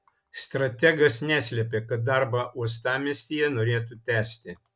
strategas neslėpė kad darbą uostamiestyje norėtų tęsti